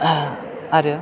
आरो